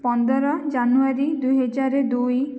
ପନ୍ଦର ଜାନୁଆରୀ ଦୁଇ ହଜାର ଦୁଇ